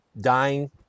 dying